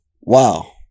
Wow